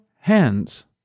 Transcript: hands